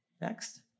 Next